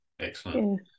excellent